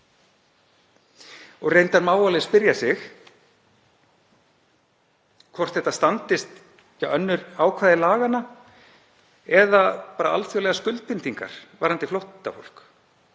Reyndar má alveg spyrja sig hvort þetta standist önnur ákvæði laganna eða alþjóðlegar skuldbindingar varðandi flóttafólk,